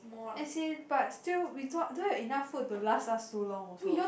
as in but still we thought don't have enough food to last last so long also ah